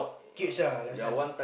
cage ah last time